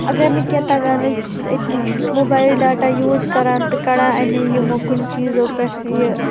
اگر نہٕ کینٛہہ تگان اسہِ بہٕ چھُس اتِنی موبایل ڈاٹا یوٗز کران تہِ کڑان امی یِمُک کُنۍ چِیزو پیٹھ یہ